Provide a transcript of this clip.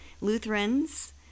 lutherans